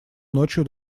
ночью